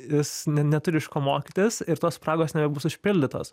jis ne neturi iš ko mokytis ir tos spragos nebus užpildytos